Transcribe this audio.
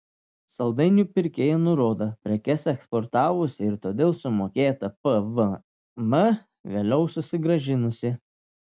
saldainių pirkėja nurodo prekes eksportavusi ir todėl sumokėtą pvm vėliau susigrąžinusi